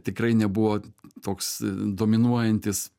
tikrai nebuvo toks dominuojantis